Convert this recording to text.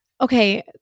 Okay